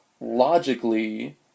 logically